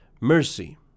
mercy